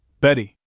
Betty